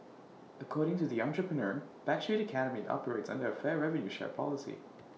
according to the entrepreneur backstreet academy operates under A fair revenue share policy